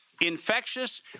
Infectious